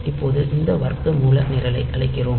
இப்போது இந்த வர்க்கமூல நிரலை அழைக்கிறோம்